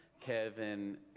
Kevin